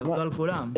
עבדו על כולם.